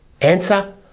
Answer